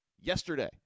yesterday